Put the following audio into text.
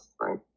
right